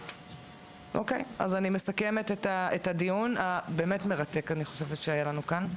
אז אני מסכמת את הדיון המרתק שהיה לנו כאן.